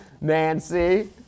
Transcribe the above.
Nancy